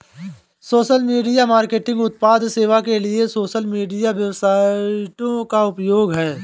social media marketing उत्पाद सेवा के लिए सोशल मीडिया वेबसाइटों का उपयोग है